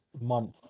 month